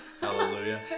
Hallelujah